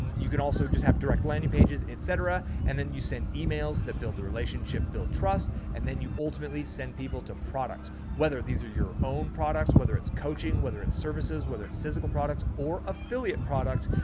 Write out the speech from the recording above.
you can also just have direct landing pages, et cetera. and then you send emails that build the relationship, build trust, and then you ultimately send people to products, whether these are your own products, whether it's coaching, whether it's services, whether it's physical products. or affiliate products.